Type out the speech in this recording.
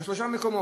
על שלושה מקומות,